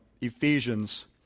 Ephesians